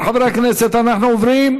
בהרכב הזה: מטעם ועדת חוקה: חברי הכנסת עודד פורר,